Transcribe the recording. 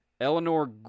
Eleanor